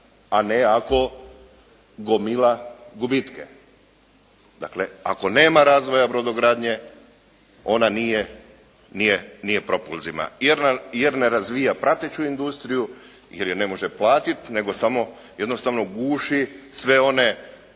a ne ako gomila gubitke, dakle, ako nema razvoja brodogradnje ona nije propulzivna. Jer ne razvija prateću industriju jer je ne može platiti nego samo jednostavno guši sve one